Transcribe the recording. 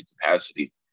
capacity